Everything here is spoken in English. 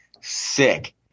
sick